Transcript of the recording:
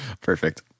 Perfect